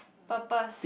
purpose